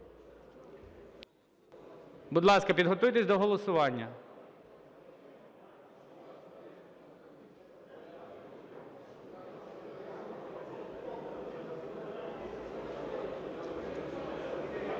Будь ласка, підготуйтесь до голосування.